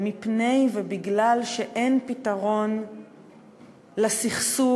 מפני ובגלל שאין פתרון לסכסוך,